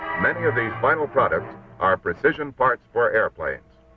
many of these final products are precision parts for airplanes.